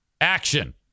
action